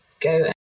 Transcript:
go